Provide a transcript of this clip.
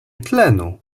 tlenu